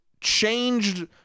changed